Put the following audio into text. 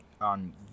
on